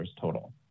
total